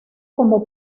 como